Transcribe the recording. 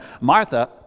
Martha